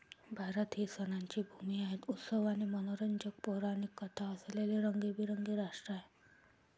भारत ही सणांची भूमी आहे, उत्सव आणि मनोरंजक पौराणिक कथा असलेले रंगीबेरंगी राष्ट्र आहे